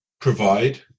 provide